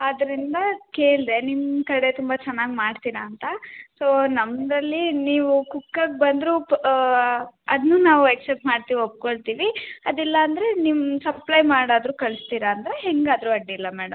ಆದ್ದರಿಂದ ಕೇಳಿದೆ ನಿಮ್ಮ ಕಡೆ ತುಂಬ ಚೆನ್ನಾಗಿ ಮಾಡ್ತೀರ ಅಂತ ಸೋ ನಮ್ಮಲ್ಲಿ ನೀವು ಕುಕ್ಕಾಗಿ ಬಂದರೂ ಪ್ ಅದನ್ನೂ ನಾವು ಎಕ್ಸೆಪ್ಟ್ ಮಾಡ್ತಿವಿ ಒಪ್ಕೋಳ್ತೀವಿ ಅದಿಲ್ಲ ಅಂದರೆ ನಿಮ್ಮ ಸಪ್ಲೈ ಮಾಡಾದರೂ ಕಳಿಸ್ತೀರ ಅಂದರೆ ಹೆಂಗಾದರೂ ಅಡ್ಡಿಯಿಲ್ಲ ಮೇಡಮ್